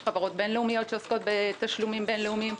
יש חברות בין-לאומיות שעוסקות בתשלומים בין-לאומיים.